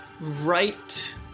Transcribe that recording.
right